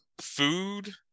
food